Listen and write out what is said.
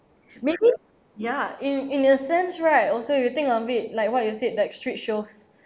maybe ya in in a sense right also if you think of it like what you said like street shows